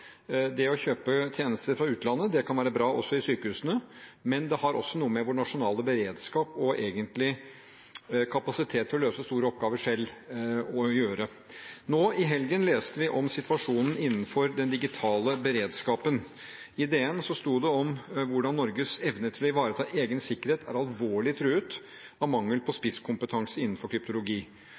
Det å kjøpe tjenester fra utlandet kan være bra også i sykehusene, men det har også noe å gjøre med vår nasjonale beredskap og egentlig med vår kapasitet til å løse store oppgaver selv. Nå i helgen leste vi om situasjonen innenfor den digitale beredskapen. I DN sto det om hvordan Norges evne til å ivareta egen sikkerhet er alvorlig truet av mangel på spisskompetanse innenfor kryptologi.